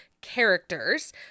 characters